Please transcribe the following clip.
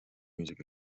music